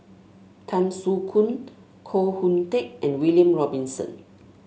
Tan Soo Khoon Koh Hoon Teck and William Robinson